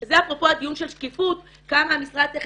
--- זה אפרופו הדיון של שקיפות כמה המשרד צריך